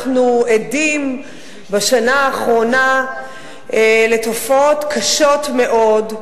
אנחנו עדים בשנה האחרונה לתופעות קשות מאוד,